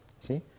See